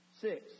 Six